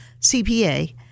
CPA